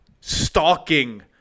stalking